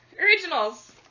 Originals